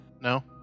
No